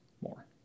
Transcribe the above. more